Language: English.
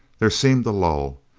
there seemed a lull.